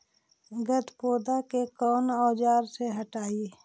गत्पोदा के कौन औजार से हटायी?